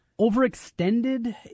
Overextended